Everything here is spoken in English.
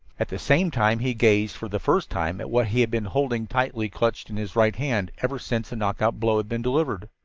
at the same time he gazed for the first time at what he had been holding tightly clutched in his right hand ever since the knockout blow had been delivered.